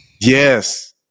Yes